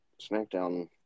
Smackdown